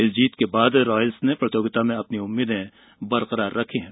इस जीत के बाद रॉयल्स ने प्रतियोगिता में अपनी उम्मीदें बरकरार रखी हैं